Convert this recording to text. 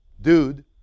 dude